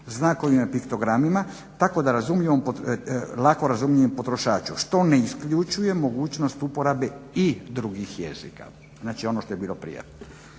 znakovima piktogramima lako razumljivim potrošaču. Što ne isključuje mogućnost uporabe i drugih jezika." Znači, ono što je bilo prije.